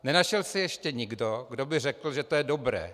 Nenašel se ještě nikdo, kdo by řekl, že to je dobré.